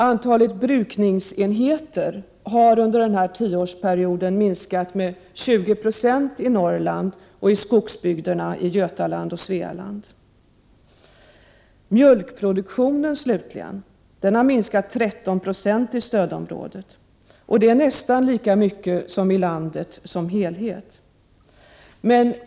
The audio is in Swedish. Antalet brukningsenheter har under denna tioårsperiod minskat med 20 Ze i Norrland och i skogsbygderna i Götaland och Svealand. Mjölkproduktionen har slutligen minskat med 13 920 i stödområdet, och det är nästan lika mycket som i landet som helhet.